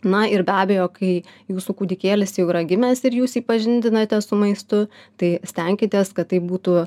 na ir be abejo kai jūsų kūdikėlis jau yra gimęs ir jūs jį pažindinate su maistu tai stenkitės kad tai būtų